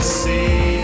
see